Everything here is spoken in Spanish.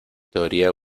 teoría